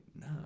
No